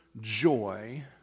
joy